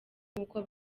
nkuko